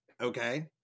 Okay